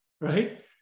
right